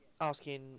Asking